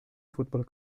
football